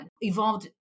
evolved